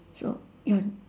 so